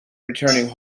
returning